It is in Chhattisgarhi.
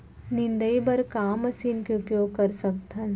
निंदाई बर का मशीन के उपयोग कर सकथन?